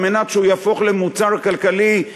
על מנת שהוא יהפוך למוצר כלכלי,